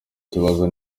kibazo